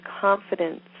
confidence